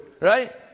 Right